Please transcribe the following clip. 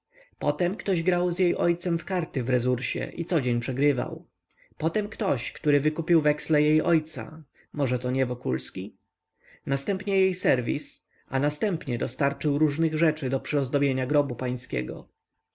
potem ktoś grał z jej ojcem w karty w resursie i codzień przegrywał potem ktoś który wykupił weksle jej ojca możeto nie wokulski następnie jej serwis a następnie dostarczył różnych rzeczy do przyozdobienia grobu pańskiego